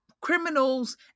criminals